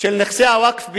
של נכסי הווקף ביפו,